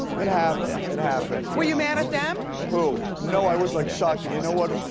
it happened, it happened. were you mad at them? who. no, i was like shocked. and you know what?